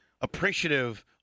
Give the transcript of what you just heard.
appreciative